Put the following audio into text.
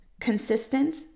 consistent